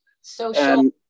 Social